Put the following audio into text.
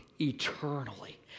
eternally